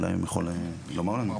אולי הוא יכול לומר לנו.